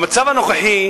במצב הנוכחי